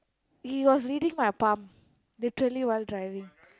he was reading my palm literally while driving